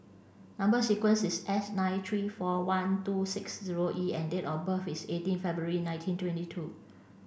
number sequence is S nine three four one two six zero E and date of birth is eighteen February nineteen twenty two